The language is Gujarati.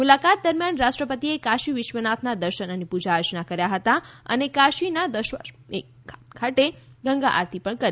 મુલાકાત દરમિયાન રાષ્ટ્રપતિ કાશી વિશ્વનાથના દર્શન અને પૂજા અર્ચના કર્યાં અને કાશીના દશાશ્વમેધ ઘાટ ખાતે ગંગા આરતી પણ કરી